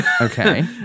Okay